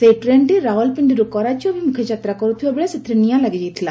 ସେହି ଟ୍ରେନ୍ଟି ରାଓ୍ବଲପିଣ୍ଡିର୍ କରାଚୀ ଅଭିମ୍ରଖେ ଯାତ୍ରା କର୍ତ୍ଥବାବେଳେ ସେଥିରେ ନିଆଁ ଲାଗିଯାଇଥିଲା